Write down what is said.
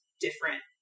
different